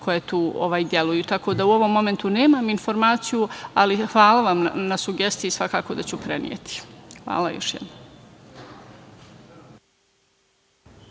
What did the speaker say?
koje tu deluju, tako da u ovom momentu nemam informaciju, ali hvala vam na sugestiju. Svakako da ću preneti. Hvala još jednom.